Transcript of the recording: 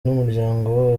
n’umuryango